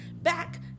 back